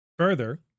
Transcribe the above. Further